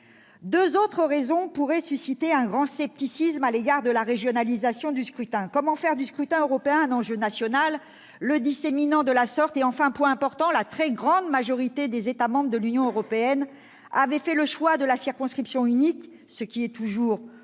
Deux autres raisons pourraient susciter un grand scepticisme à l'égard de la régionalisation du scrutin. La première est que l'on ne peut espérer faire du scrutin européen un enjeu national en le disséminant de la sorte, et la seconde, très importante, est que la très grande majorité des États membres de l'Union européenne avait fait le choix de la circonscription unique, ce qui est toujours